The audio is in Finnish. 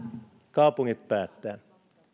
kaupungit päättävät